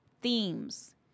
themes